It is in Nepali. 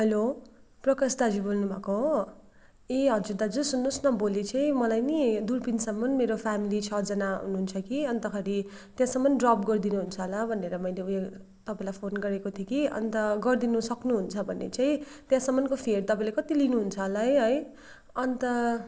हेलो प्रकाश दाजु बोल्नुभएको हो ए हजुर दाजु सुन्नुहोस् न भोलि चाहिँ मलाई नि दुर्पिनसम्म मेरो फेमिलि छजना हुनुहुन्छ कि अन्तखेरि त्यहाँसम्म ड्रप गरिदिनुहुन्छ होला भनेर मैले ऊ यो तपाईँलाई फोन गरेको थिएँ कि अन्त गरिदिनु सक्नुहुन्छ भने चाहिँ त्यहाँसम्मको फेयर तपाईँले कति लिनुहुन्छ होला है अन्त